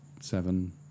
seven